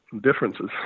differences